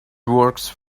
works